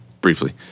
briefly